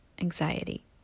anxiety